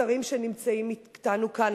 השרים שנמצאים אתנו כאן,